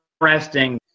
interesting